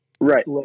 Right